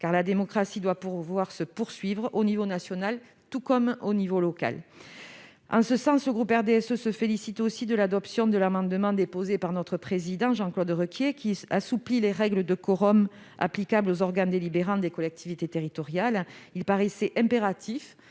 Car la démocratie doit pouvoir se poursuivre, au niveau national comme au niveau local. En ce sens, le groupe RDSE se félicite de l'adoption de l'amendement déposé par notre président, Jean-Claude Requier, assouplissant les règles de quorum applicables aux organes délibérants des collectivités territoriales. Il paraissait impératif